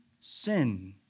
sin